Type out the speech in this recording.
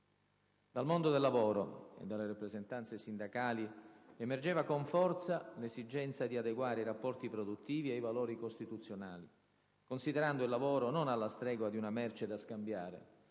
Dal mondo del lavoro e dalle rappresentanze sindacali emergeva con forza l'esigenza di adeguare i rapporti produttivi ai valori costituzionali, considerando il lavoro non alla stregua di una merce da scambiare,